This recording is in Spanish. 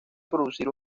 producir